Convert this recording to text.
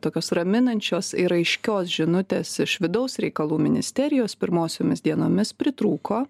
tokios raminančios ir aiškios žinutės iš vidaus reikalų ministerijos pirmosiomis dienomis pritrūko